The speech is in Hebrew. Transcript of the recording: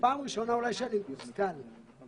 חבר